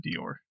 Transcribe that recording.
Dior